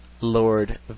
Lord